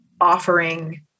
offering